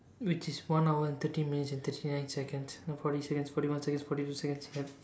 which is one hour and thirty minutes and thirty nine seconds forty seconds forty one seconds forty two seconds yup